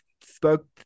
spoke